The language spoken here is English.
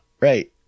Right